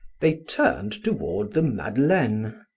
they turned toward the madeleine.